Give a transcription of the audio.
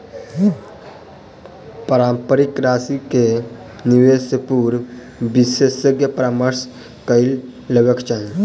पारस्परिक राशि के निवेश से पूर्व विशेषज्ञ सॅ परामर्श कअ लेबाक चाही